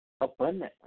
abundantly